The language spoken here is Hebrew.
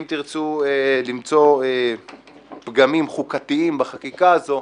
אם תרצו למצוא פגמים חוקתיים בחקיקה הזו,